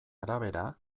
arabera